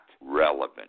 relevant